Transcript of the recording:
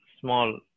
small